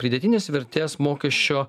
pridėtinės vertės mokesčio